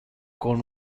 con